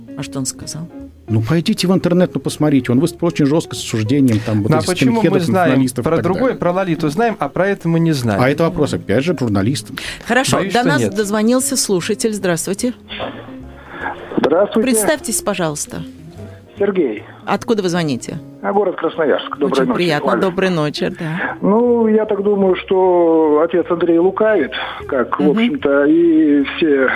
А что он сказал? Ну, пойдите в интернет, ну, посмотрите. Он выступил очень жестко с осуждением, там, вот Ну, а этих почему мы скинхедов, знаем националистов и про так другое, далее. про Лолиту знаем, а про это мы не знаем? А это вопрос, опять же, к журналистам. Хорошо, Боюсь, до что нас нет. дозвонился слушатель. Здравствуйте. Здравствуйте. Представьтесь, пожалуйста. Сергей. Откуда вы звоните? А, город Красноярск. Очень Доброй ночи. приятно. Доброй ночи, да. Ну, я так думаю, что отец Андрей лукавит, как, Мгм. в общем-то, и все